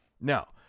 Now